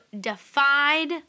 defied